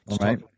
Right